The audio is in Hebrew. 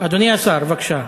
אדוני השר, בבקשה.